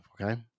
okay